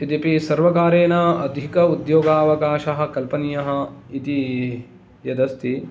यद्यपि सर्वकारेण अधिक उद्योगावकाश कल्पनीयः इति यदस्ति